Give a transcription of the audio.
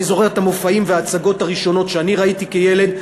אני זוכר את המופעים ואת ההצגות הראשונות שאני ראיתי כילד.